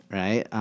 right